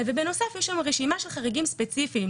בנוסף יש שם רשימה של חריגים ספציפיים,